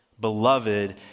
Beloved